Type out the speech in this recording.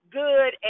good